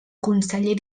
conseller